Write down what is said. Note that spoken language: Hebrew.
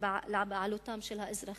לבעלותם של האזרחים,